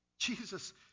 Jesus